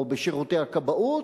או בשירותי הכבאות,